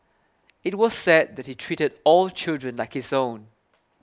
it was said that he treated all children like his own